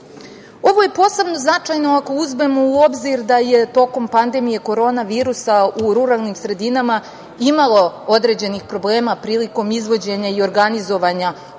je posebno značajno ako uzmemo u obzir da je tokom pandemije korona virusa u ruralnim sredinama imalo određenih problema prilikom izvođenja i organizovanja onlajn